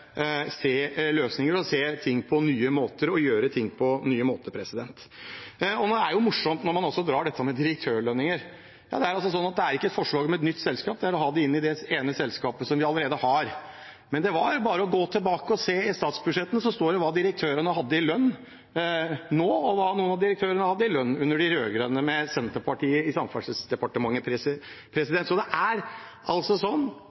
se løsninger, se ting og gjøre ting på nye måter. Det er jo morsomt når man drar dette med direktørlønninger: Det er altså ikke forslag om et nytt selskap, det er forslag om å ha det inn i det ene selskapet som vi allerede har. Det var bare å gå tilbake og se i statsbudsjettet, der står det hva direktørene har i lønn nå, og hva noen av direktørene hadde i lønn under de rød-grønne med Senterpartiet i Samferdselsdepartementet.